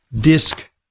disc